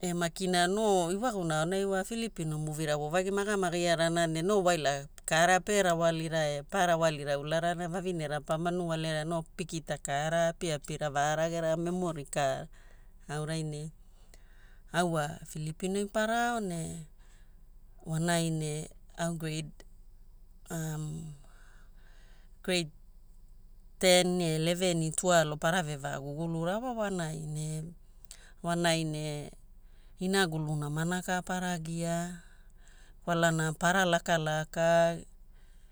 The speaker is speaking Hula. e makina no ewaguna aonai wa Filipino movie ra voovagi magama giarana ne no waila kaara pe rawalira e pa rawalira ularana vavinera pa manualera no pikita kaara apiapira varagera memorika aurai ne au wa Filipino ai para ao ne wanai ne au grade teni e leveni tuaelo para vevagugulura wa wanai. Ne wanai ne inagulu namana ka para giaa kwalana para lakalaka.